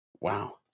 wow